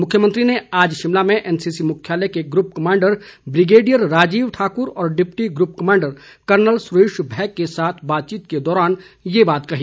मुख्यमंत्री ने आज शिमला में एनसीसी मुख्यालय के group commander brigadier Rajiv Thakur और deputy group commandant colonel Suresh भैक के साथ बातचीत के दौरान ये बात कही